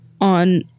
on